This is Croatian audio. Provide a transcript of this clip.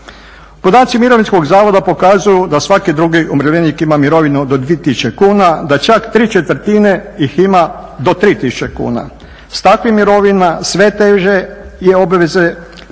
Podaci mirovinskog zavoda pokazuju da svaki drugi umirovljenik ima mirovinu do 2000 kuna, da čak tri četvrtine ih ima do 3000 kuna. S takvim mirovinama sve teže je obveze